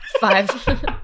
five